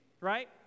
Right